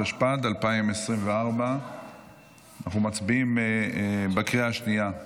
התשפ"ד 2024. אנחנו מצביעים בקריאה שנייה.